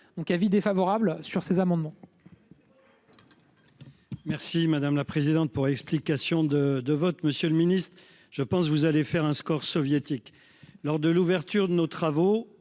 donc avis défavorable sur ces amendements.--